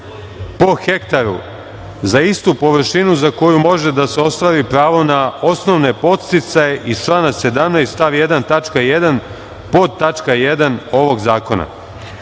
po hektaru za istu površinu za koju može da se ostvari pravo na osnovne podsticaje iz člana 17. stav 1. tačka